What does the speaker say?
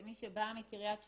כמי שבאה מקריית שמונה,